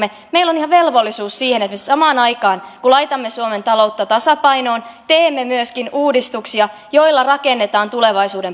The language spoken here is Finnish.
meillä on ihan velvollisuus siihen että me samaan aikaan kun laitamme suomen taloutta tasapainoon teemme myöskin uudistuksia joilla rakennetaan tulevaisuuden pohjaa